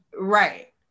Right